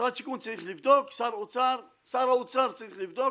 משרד השיכון צריך לבדוק, שר האוצר צריך לבדוק.